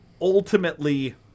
Ultimately